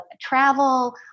travel